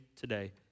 today